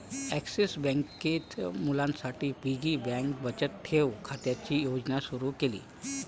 axis बँकेत मुलांसाठी piggy bank बचत ठेव खात्याची योजना सुरू केली